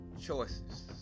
choices